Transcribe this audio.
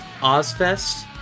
Ozfest